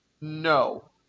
No